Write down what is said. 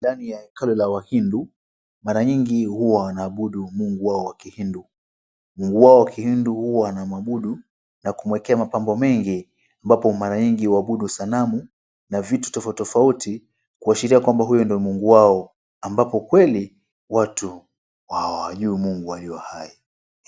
Ndani ya hekalu la wahindu, mara nyingi huwa wanaabudu Mungu wao wa kihindu. Mungu wao wa kihindu huwa wanamuabudu na kumwekea mapambo mengi ambapo mara nyingi huabudu sanamu na vitu tofauti tofauti kuashiria kwamba huyu ndo Mungu wao ambapo kweli watu hawajui Mungu alio hai.